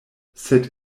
sed